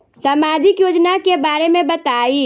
सामाजिक योजना के बारे में बताईं?